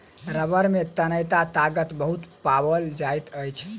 रबड़ में तन्यता ताकत बहुत पाओल जाइत अछि